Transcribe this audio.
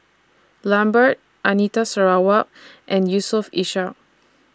Lambert Anita Sarawak and Yusof Ishak